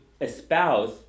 espouse